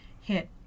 hit